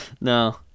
no